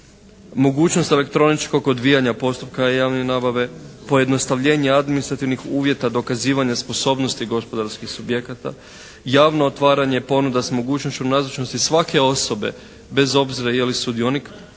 mogućnost elektroničkog odvijanja postupka javne nabave, pojednostavljenja administrativnih uvjeta, dokazivanja sposobnosti gospodarskih subjekata, javno otvaranje ponuda sa mogućnošću nazočnosti svake osobe, bez obzira je li sudionik